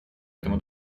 этому